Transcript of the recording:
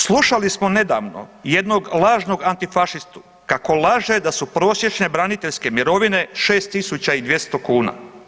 Slušali smo nedavno jednog lažnog antifašistu kako laže da su prosječne braniteljske mirovine 6200 kuna.